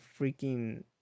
freaking